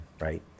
right